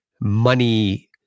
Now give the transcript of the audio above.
money